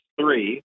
three